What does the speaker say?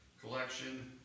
collection